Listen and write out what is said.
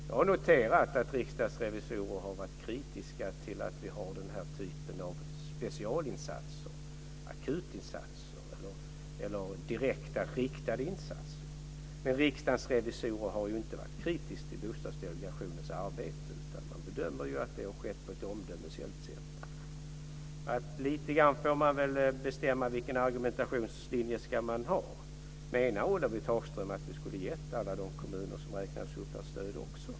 Jag har noterat att riksdagsrevisorer har varit kritiska till att vi har den här typen av specialinsatser, akutinsatser eller direkta riktade insatser. Men Riksdagens revisorer har ju inte varit kritiska till Bostadsdelegationens arbete. Man bedömer att det har skett på ett omdömesgillt sätt. Lite grann får man bestämma vilken argumentationslinje man ska ha. Menar Ulla-Britt Hagström att vi även skulle ha gett alla de kommuner som räknades upp här stöd?